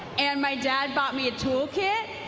and my dad bought me a tool kit.